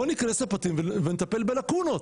בוא ניכנס לפרטים ונטפל בלקונות,